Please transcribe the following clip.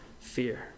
fear